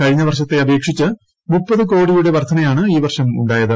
കഴിഞ്ഞ വർഷത്തെ അപേക്ഷിച്ച് മൂപ്പത് ്കോടിയുടെ വർധനയാണ് ഈ വർഷം ഉണ്ടായത്